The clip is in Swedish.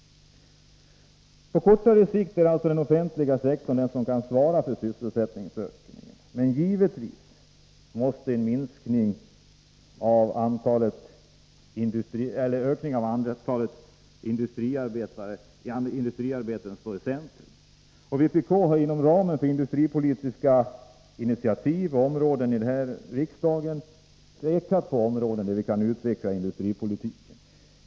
På kortare sikt är det alltså den offentliga sektorn som skall svara för sysselsättningsökningen. Men givetvis måste en ökning av antalet industriar beten stå i centrum. Vpk har inom ramen för industripolitiska initiativ pekat på områden där man kan utveckla industripolitiken.